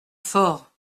fort